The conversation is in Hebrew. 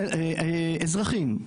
אזרחים,